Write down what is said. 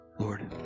Lord